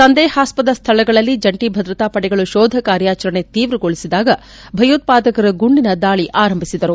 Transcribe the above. ಸಂದೇಹಾಸ್ವದ ಸ್ಥಳದಲ್ಲಿ ಜಂಟಿ ಭದ್ರತಾ ಪಡೆಗಳು ಶೋಧ ಕಾರ್ಯಾಚರಣೆಯನ್ನು ತೀವ್ರಗೊಳಿಸಿದಾಗ ಭಯೋತ್ವಾದಕರು ಗುಂಡಿನ ದಾಳಿ ಆರಂಭಿಸಿದರು